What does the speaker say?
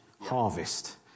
harvest